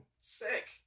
Sick